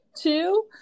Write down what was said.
two